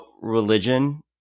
religion